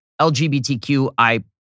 LGBTQI